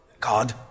God